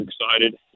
excited